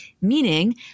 meaning